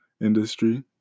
industry